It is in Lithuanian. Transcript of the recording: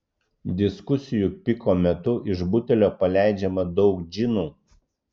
diskusijų piko metu iš butelio paleidžiama daug džinų